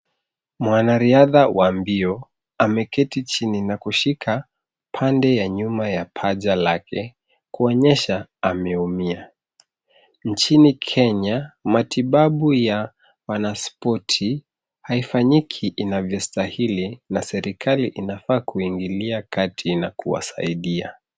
Mwanariadha wa mbio ameketi chini na kushika pande ya nyuma ya paja lake kuonyesha ameumia. Nchini Kenya, matibabu ya wanaspoti haifanyiki inavyostahili na serikali inafaa kuingilia kati na kuwasaidia.